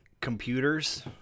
computers